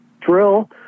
drill